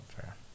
fair